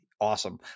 awesome